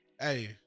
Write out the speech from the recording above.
Hey